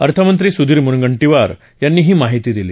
अर्थमंत्री सुधीर मुनगंटीवार यांनी ही माहिती दिली